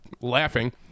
laughing